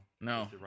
No